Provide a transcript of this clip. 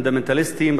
פונדמנטליסטים,